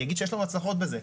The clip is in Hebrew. ואני אגיד שיש לנו הצלחות בזה.